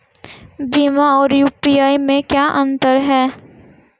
भीम और यू.पी.आई में क्या अंतर है?